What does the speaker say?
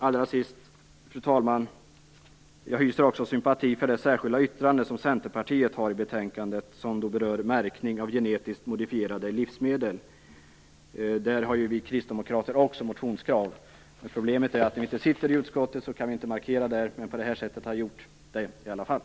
Allra sist vill jag, fru talman, säga att jag hyser sympati för det särskilda yttrande som Centerpartiet har i betänkandet och som berör märkning av genetiskt modifierade livsmedel. Där har ju vi kristdemokrater också motionskrav. Problemet är att eftersom vi inte sitter med i utskottet kan vi inte markera vår hållning där. På det här sättet har vi gjort det i alla fall.